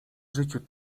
życiu